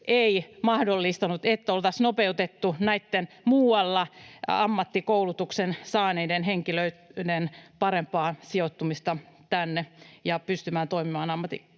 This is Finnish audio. ei mahdollistanut, että oltaisiin nopeutettu muualla ammattikoulutuksen saaneiden henkilöiden parempaa sijoittumista tänne ja pystymistä toimimaan ammatissaan.